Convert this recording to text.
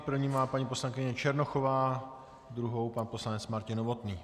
První má paní poslankyně Černochová, druhou má pan poslanec Martin Novotný.